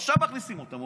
עכשיו מכניסים אותם.